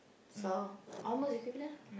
so almost you calculate lah